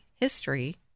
history